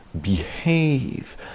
behave